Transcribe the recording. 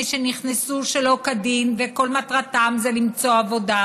שנכנסו שלא כדין וכל מטרתם למצוא עבודה,